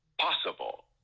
possible